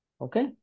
Okay